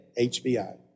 HBI